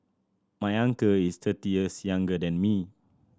my uncle is thirty years younger than me